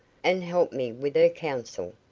and help me with her counsel.